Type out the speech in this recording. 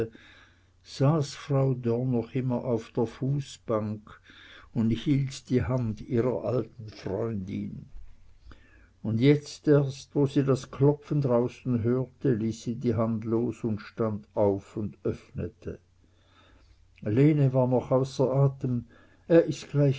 saß frau dörr noch immer auf der fußbank und hielt die hand ihrer alten freundin und jetzt erst wo sie das klopfen draußen hörte ließ sie die hand los und stand auf und öffnete lene war noch außer atem er ist